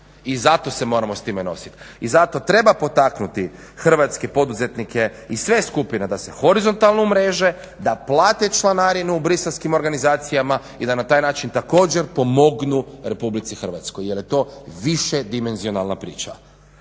I zato se moramo s time nositi. I zato treba potaknuti hrvatske poduzetnike i sve skupine da se horizontalno umreže, da plate članarinu u brusellexkim organizacijama i da na taj način također pomognu RH jer je to višedimenzionalna priča.